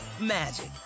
magic